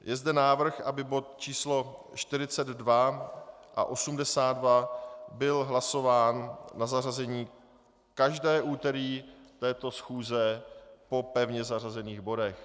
Je zde návrh, aby bod číslo 42 a 82 byl hlasován na zařazení každé úterý této schůze po pevně zařazených bodech.